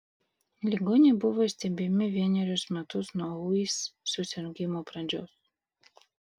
ligoniai buvo stebimi vienerius metus nuo ūis susirgimo pradžios